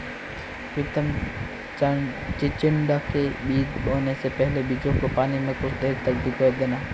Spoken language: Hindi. प्रितम चिचिण्डा के बीज बोने से पहले बीजों को पानी में कुछ देर के लिए भिगो देना